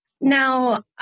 Now